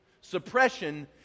Suppression